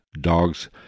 dogs